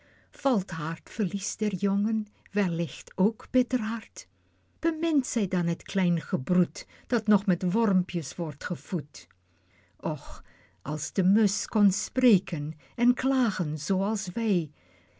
valt haar t verlies der jongen wellicht ook bitter hard bemint ze dan het klein gebroed dat nog met wormpjes wordt gevoed och als die musch kon spreken en klagen zoo als wij